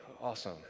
awesome